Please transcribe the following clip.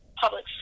public